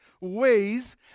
ways